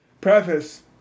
Preface